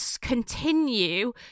continue